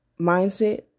mindset